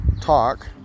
talk